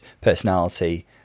personality